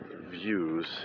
views